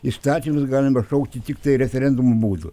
įstatymus galim atšaukti tiktai referendumo būdu